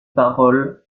paroles